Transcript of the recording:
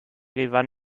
gewann